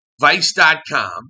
Vice.com